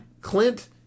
Clint